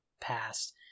past